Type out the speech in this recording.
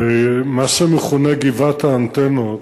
מה שמכונה גבעת האנטנות